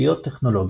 תשתיות טכנולוגיות